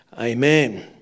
amen